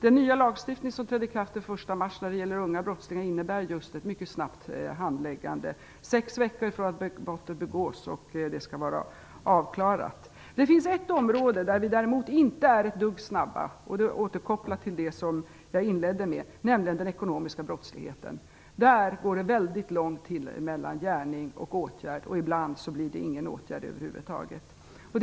Den nya lagstiftning om unga brottslingar som trädde i kraft den 1 mars innebär en mycket snabb handläggning. Denna skall vara avklarad inom sex veckor efter det att brottet begåtts. Det finns däremot ett område där vi inte alls är snabba. Jag vill nu återkoppla till det som jag inledde med, nämligen den ekonomiska brottsligheten. På det området går det mycket lång tid mellan gärning och åtgärd, och ibland blir det över huvud taget ingen åtgärd.